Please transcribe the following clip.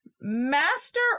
master